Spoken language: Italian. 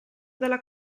dalla